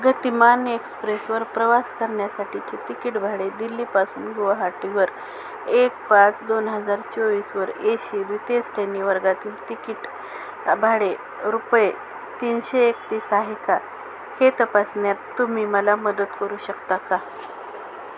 गतिमान एक्सप्रेसवर प्रवास करण्यासाठीचे तिकीट भाडे दिल्लीपासून गुवाहाटीवर एक पाच दोन हजार चोवीसवर एशी द्वितीय श्रेणी वर्गातील तिकीट भाडे रुपये तीनशे एकतीस आहे का हे तपासण्यात तुम्ही मला मदत करू शकता का